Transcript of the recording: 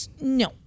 No